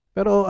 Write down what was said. Pero